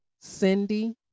Cindy